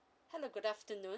hello good afternoon